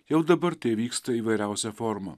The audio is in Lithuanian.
jau dabar tai vyksta įvairiausia forma